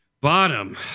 Bottom